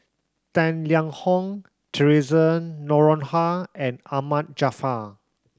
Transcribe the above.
Tang Liang Hong Theresa Noronha and Ahmad Jaafar